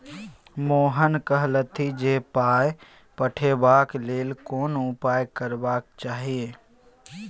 मोहन कहलथि जे पाय पठेबाक लेल कोन उपाय करबाक चाही